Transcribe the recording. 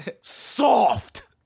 Soft